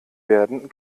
werden